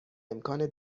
امکان